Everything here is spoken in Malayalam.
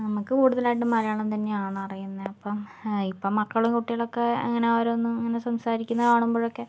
നമുക്ക് കൂടുതലായിട്ടും മലയാളം തന്നെയാണ് അറിയുന്നത് അപ്പം ഇപ്പം മക്കളും കുട്ടികളക്കെ ഇങ്ങനെ ഓരോന്നും ഇങ്ങനെ സംസാരിക്കുന്ന കാണുമ്പോഴൊക്കെ